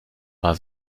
war